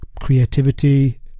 creativity